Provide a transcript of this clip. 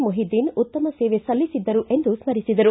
ಮೊಹಿದ್ದೀನ್ ಉತ್ತಮ ಸೇವೆ ಸಲ್ಲಿಸಿದ್ದರು ಎಂದು ಸ್ಥರಿಸಿದರು